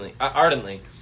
ardently